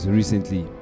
recently